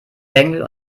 bengel